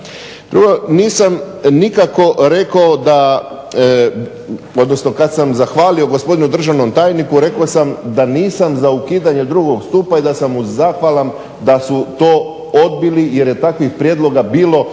Nisam nikako rekao da, odnosno kad sam zahvalio gospodinu državnom tajniku rekao sam da nisam za ukidanje 2. stupa i da sam mu zahvalan da su to odbili jer je takvih prijedloga bilo